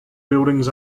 buildings